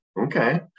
Okay